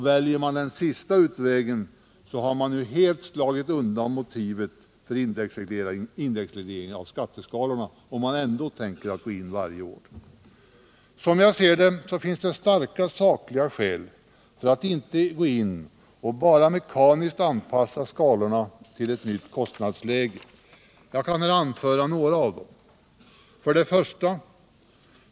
Väljer man den senare utvägen har man helt slagit undan motivet för indexreglering av skatteskalorna — om man ändå tänker gå in varje år. Som jag ser det talar starka sakliga skäl för att inte bara mekaniskt anpassa skalorna till ett nytt kostnadsläge. Jag kan anföra några av dem. 1.